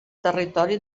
territori